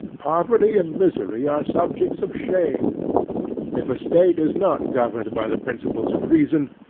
poverty and misery are subjects of shame if a state is not governed by the principles of reason,